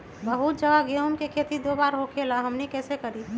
बहुत जगह गेंहू के खेती दो बार होखेला हमनी कैसे करी?